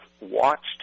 watched